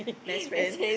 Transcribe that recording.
best friend